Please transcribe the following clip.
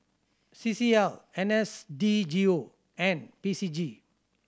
C C L N S D G O and P C G